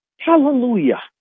Hallelujah